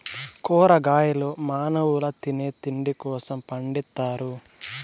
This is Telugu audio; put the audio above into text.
కూరగాయలు మానవుల తినే తిండి కోసం పండిత్తారు